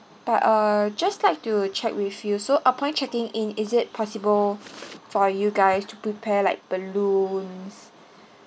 but uh just like to check with you so upon checking in is it possible for you guys to prepare like balloons